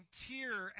tear